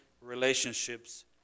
relationships